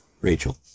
Rachel